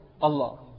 Allah